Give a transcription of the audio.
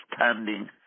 understanding